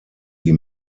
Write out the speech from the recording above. die